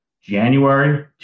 january